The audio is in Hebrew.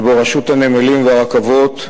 שבו רשות הנמלים והרכבות,